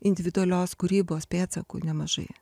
individualios kūrybos pėdsakų nemažai